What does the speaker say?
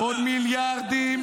את לא היית בדיון הקודם,